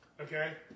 Okay